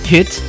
Hit